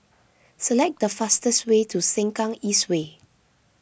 select the fastest way to Sengkang East Way